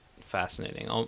fascinating